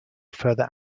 further